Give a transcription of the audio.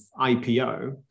IPO